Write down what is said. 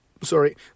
sorry